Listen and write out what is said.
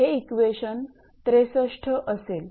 हे इक्वेशन 63 असेल